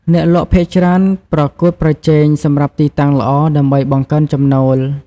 អ្នកលក់ភាគច្រើនប្រកួតប្រជែងសម្រាប់ទីតាំងល្អ ដើម្បីបង្កើនចំណូល។